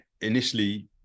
initially